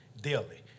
daily